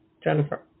Jennifer